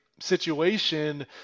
situation